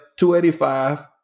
285